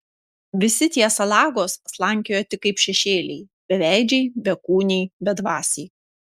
visi tie salagos slankioja tik kaip šešėliai beveidžiai bekūniai bedvasiai